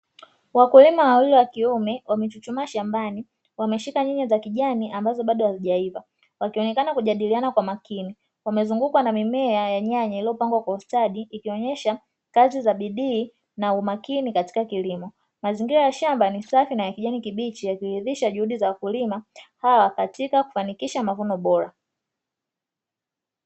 Wakulima wawili wa kiume wamechuchumaa shambani, wameshika nyanya za kijani ambazo bado hazijaiva, wakionekana kujadiliana kwa makini. Wamezungukwa na mimea ya nyanya iliyopangwa kwa ustadi, ikionyesha kazi za bidii na umakini katika kilimo. Mazingira ya shamba ni safi na ya kijani kibichi, yakithibitisha juhudi za wakulima hawa katika kufanikisha mavuno bora.